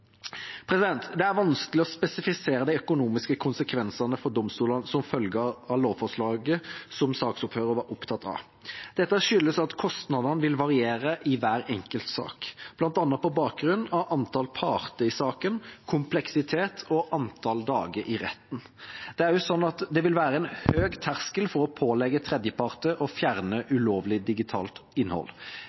Det er vanskelig å spesifisere de økonomiske konsekvensene for domstolene som følge av lovforslaget, som saksordføreren var opptatt av. Dette skyldes at kostnadene vil variere i hver enkelt sak, bl.a. på bakgrunn av antall parter i saken, kompleksitet og antall dager i retten. Det er også sånn at det vil være en høy terskel for å pålegge tredjeparter å fjerne ulovlig digitalt innhold.